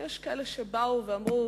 יש כאלה שבאו ואמרו: